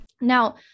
Now